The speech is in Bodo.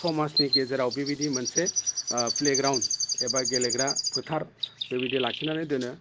समाजनि गेजेराव बेबायदि मोनसे प्लेग्रावन्द एबा गेलेग्रा फोथार बेबायदि लाखिनानै दोनो